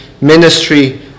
ministry